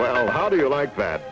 well how do you like that